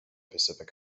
pacific